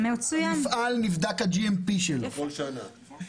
נבדק ה-GMPשל המפעל.